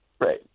Right